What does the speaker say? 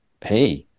hey